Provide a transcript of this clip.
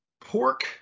pork